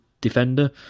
defender